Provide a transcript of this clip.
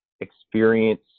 experience